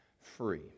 free